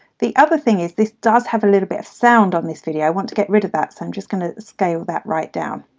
the other thing is this does have a little bit of sound on this video i want to get rid of that so i'm just going to scale that right down,